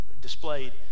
displayed